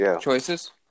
choices